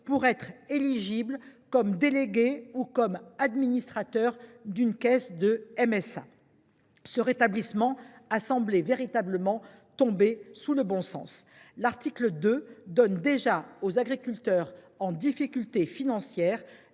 pour être éligible comme délégué ou administrateur d’une caisse de MSA. Ce rétablissement a semblé véritablement tomber sous le sens. L’article 2 donne déjà aux agriculteurs en difficulté financière